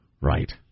Right